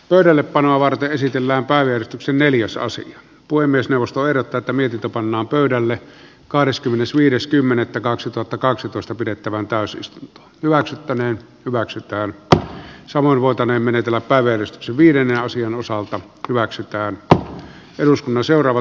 pöydällepanoa varten esitellään päivystyksen neljäsosa puhemiesneuvosto eivät tätä mietitä pannaan pöydälle kahdeskymmenesviides kymmenettä kaksituhattakaksitoista pidettävään pääsystä hyväksyttäneen hyväksytään ko salur voitane menetellä päivän viiden raision osalta hyväksikäyttö eduskunnan seuraava